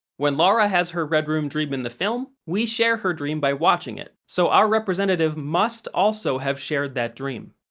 when laura has her red room dream in the film, we share her dream by watching it, so our representative must also have shared that dream.